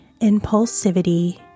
Impulsivity